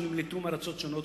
שנמלטו מארצות שונות,